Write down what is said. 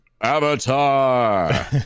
Avatar